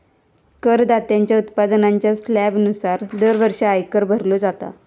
करदात्याच्या उत्पन्नाच्या स्लॅबनुसार दरवर्षी आयकर भरलो जाता